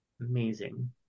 Amazing